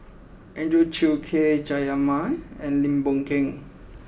Andrew Chew K Jayamani and Lim Boon Keng